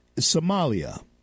Somalia